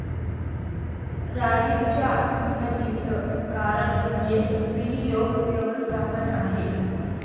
राजीवच्या उन्नतीचं कारण म्हणजे विनियोग व्यवस्थापन आहे